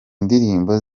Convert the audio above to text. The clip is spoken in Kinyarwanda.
ndirimbo